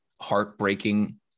heartbreaking